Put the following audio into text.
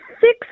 six